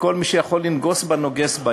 וכל מי שיכול לנגוס בה נוגס בה,